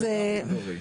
תתקדמי.